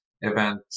event